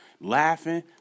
laughing